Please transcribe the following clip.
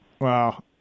Wow